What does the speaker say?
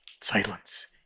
silence